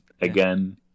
again